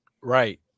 Right